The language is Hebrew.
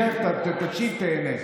שב, תקשיב, תיהנה.